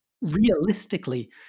realistically